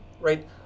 Right